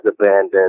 abandoned